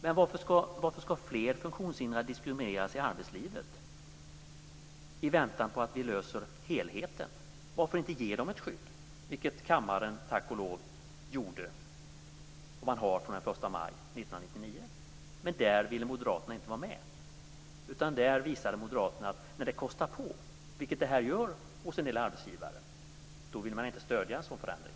Men varför ska fler funktionshindrade diskrimineras i arbetslivet i väntan på att vi löser helheten? Varför inte ge dem ett skydd? Det gjorde tack och lov kammaren. De har det skyddet från den 1 maj 1999. Där ville moderaterna inte vara med. När det kostar på, vilket det gör hos en del arbetsgivare, vill moderaterna inte stödja en sådan förändring.